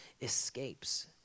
escapes